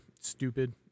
stupid